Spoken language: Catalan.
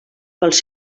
pels